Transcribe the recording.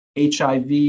HIV